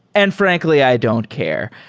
and frankly, i don't care.